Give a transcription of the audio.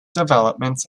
development